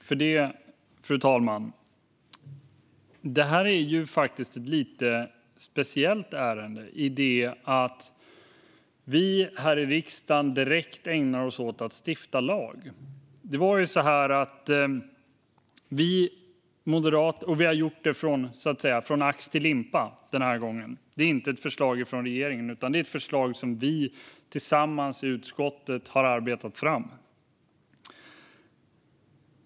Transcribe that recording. Fru talman! Det här är ju faktiskt ett lite speciellt ärende, i det att vi här i riksdagen direkt stiftar lag. Vi har gjort det från ax till limpa den här gången - det är inte ett förslag från regeringen, utan det är ett förslag som vi i utskottet tillsammans har arbetat fram.